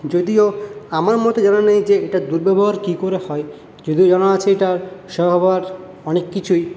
যদিও আমার মতে জানা নেই যে এটার দুর্ব্যবহার কি করে হয় যদিও জানা আছে এটার সদ্ব্যবহার অনেক কিছুই